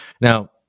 Now